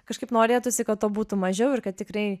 kažkaip norėtųsi kad to būtų mažiau ir kad tikrai